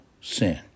sin